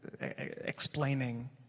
explaining